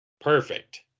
Perfect